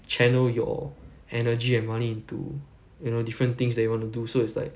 channel your energy and money into you know different things that you want to do so it's like